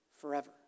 forever